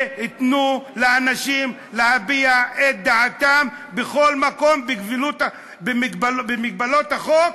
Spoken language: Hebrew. ותנו לאנשים להביע את דעתם בכל מקום במגבלות החוק,